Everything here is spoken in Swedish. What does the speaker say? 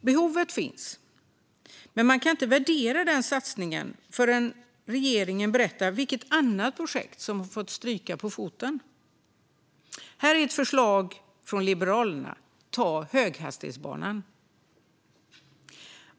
Behovet finns, men man kan inte värdera den satsningen förrän regeringen berättar vilket annat projekt som får stryka på foten. Här är ett förslag från Liberalerna: Ta höghastighetsbanan!